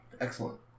Excellent